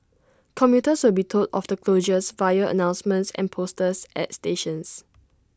commuters will be told of the closures via announcements and posters at stations